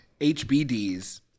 HBDs